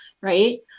right